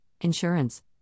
insurance